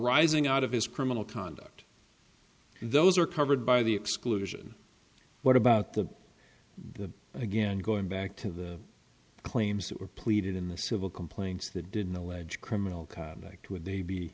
ising out of his criminal conduct those are covered by the exclusion what about the again going back to the claims that were pleaded in the civil complaints that did no legit criminal conduct would they be